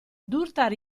durtar